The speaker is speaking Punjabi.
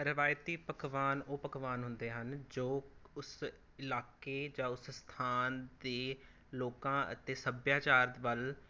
ਰਵਾਇਤੀ ਪਕਵਾਨ ਉਹ ਪਕਵਾਨ ਹੁੰਦੇ ਹਨ ਜੋ ਉਸ ਇਲਾਕੇ ਜਾਂ ਉਸ ਸਥਾਨ ਦੇ ਲੋਕਾਂ ਅਤੇ ਸੱਭਿਆਚਾਰ ਵੱਲ